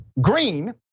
Green